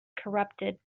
corrupted